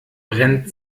brennt